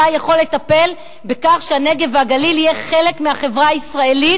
אתה יכול לטפל בכך שהנגב והגליל יהיו חלק מהחברה הישראלית,